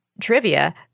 Trivia